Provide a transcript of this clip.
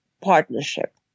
partnership